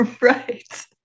Right